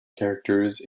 characters